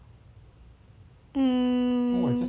mm